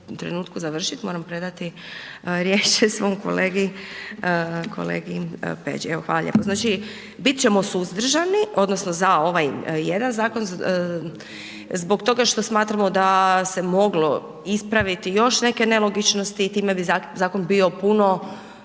trenutku završiti moram predati riječ svom kolegi Peđi. Evo hvala lijepo. Znači bit ćemo suzdržani odnosno za ovaj jedan zakon zbog toga što smatramo da se moglo ispraviti još neke nelogičnosti i time bi zakon bio puno